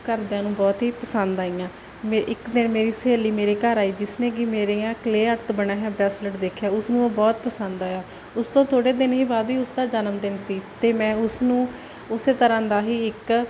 ਘਰਦਿਆਂ ਨੂੰ ਬਹੁਤ ਈ ਪਸੰਦ ਆਈਆਂ ਮੇ ਇੱਕ ਦਿਨ ਮੇਰੀ ਸਹੇਲੀ ਮੇਰੇ ਘਰ ਆਈ ਜਿਸ ਨੇ ਕੀ ਮੇਰੀਆਂ ਕਲੇਅ ਆਰਟ ਬਣਿਆ ਹੋਇਆ ਬਰੈਸਲੇਟ ਦੇਖਿਆ ਉਸਨੂੰ ਉਹ ਬਹੁਤ ਪਸੰਦ ਆਇਆ ਉਸ ਤੋਂ ਥੋੜੇ ਦਿਨ ਹੀ ਬਾਦ ਹੀ ਉਸਦਾ ਜਨਮਦਿਨ ਸੀ ਤੇ ਮੈਂ ਉਸਨੂੰ ਉਸੇ ਤਰ੍ਹਾਂ ਦਾ ਹੀ ਇੱਕ